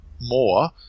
more